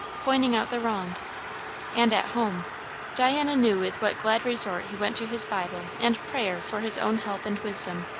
pointing out the wrong and at home diana knew with what glad resort he went to his bible and prayer for his own help and wisdom,